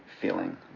feeling